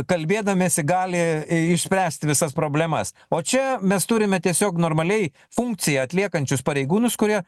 kalbėdamiesi gali i išspręst visas problemas o čia mes turime tiesiog normaliai funkciją atliekančius pareigūnus kurie